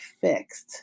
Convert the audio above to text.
fixed